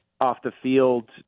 off-the-field